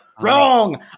wrong